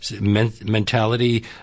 mentality